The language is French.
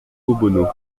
obono